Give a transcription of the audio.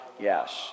Yes